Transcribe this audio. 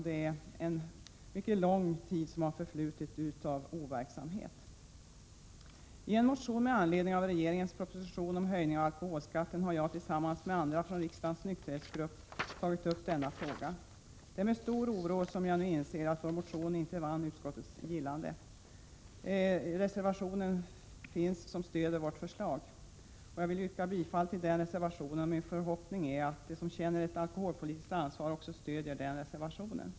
Det är en mycket lång tid med overksamhet. I en motion med anledning av regeringens proposition om höjning av alkoholskatten har jag tillsammans med andra från riksdagens nykterhetsgrupp tagit upp denna fråga. Det är med stor oro som jag nu inser att vår motion inte vann utskottets gillande. Det finns dock en reservation som stöder vårt förslag. Jag vill yrka bifall till den reservationen, och min förhoppning är att de som känner ett alkoholpolitiskt ansvar också stöder den reservationen.